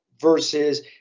versus